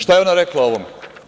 Šta je ona rekla o ovome?